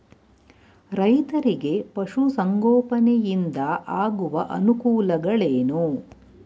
ರೈತರಿಗೆ ಪಶು ಸಂಗೋಪನೆಯಿಂದ ಆಗುವ ಅನುಕೂಲಗಳೇನು?